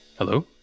Hello